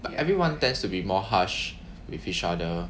but everyone tends to be more harsh with each other